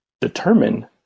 determine